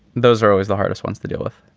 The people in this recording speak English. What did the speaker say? those are always the hardest ones to deal with.